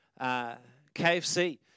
KFC